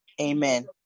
amen